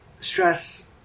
stress